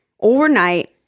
overnight